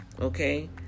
okay